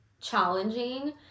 challenging